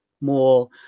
more